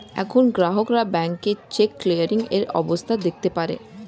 এখন গ্রাহকরা ব্যাংকে চেক ক্লিয়ারিং এর অবস্থা দেখতে পারে